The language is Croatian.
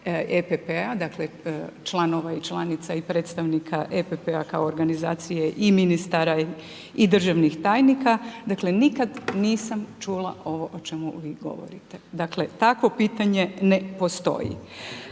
EPP-a, dakle članova i članica i predstavnika EPP-a kao organizacije i ministara i državnih tajnika, dakle nikad nisam čula ovo o čemu govorite. Dakle takvo pitanje ne postoji.